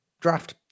draft